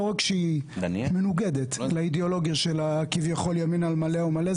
לא רק שהיא מנוגדת לאידאולוגיה של הכביכול ימין על מלא על מלא,